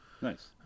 Nice